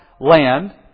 land